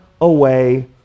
away